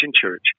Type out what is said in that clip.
Church